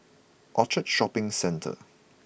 Orchard Shopping Centre